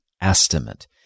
estimate